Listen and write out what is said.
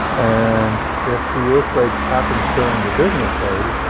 and if the earthquake happens during the business day,